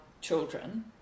children